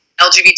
LGBT